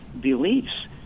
beliefs